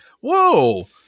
whoa